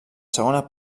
segona